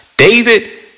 David